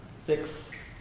six,